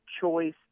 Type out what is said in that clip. Choice